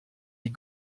die